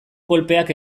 kolpeak